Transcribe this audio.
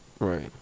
Right